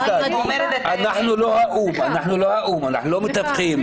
אנחנו לא האו"ם, אנחנו לא מתווכים.